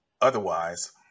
Otherwise